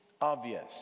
obvious